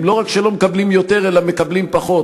הם לא רק שלא מקבלים יותר אלא מקבלים פחות.